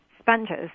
sponges